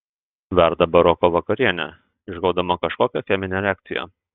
verda baroko vakarienė išgaudama kažkokią cheminę reakciją